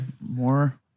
more